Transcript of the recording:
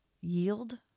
Yield